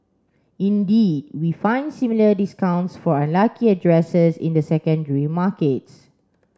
indeed we find similar discounts for unlucky addresses in the secondary markets